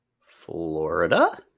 florida